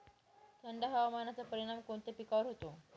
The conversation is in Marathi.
थंड हवामानाचा परिणाम कोणत्या पिकावर होतो?